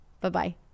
Bye-bye